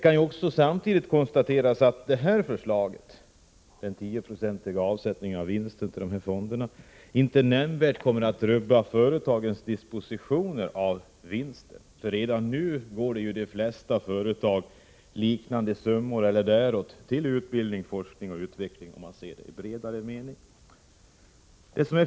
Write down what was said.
Man kan samtidigt konstatera att den 10-procentiga avsättning av vinsten till fonderna som nu föreslås inte nämnvärt kommer att rubba företagens dispositioner av vinsten. Redan nu går i de flesta företag motsvarande summor eller däromkring till utbildning, forskning och utveckling, om man ser det i vidare mening.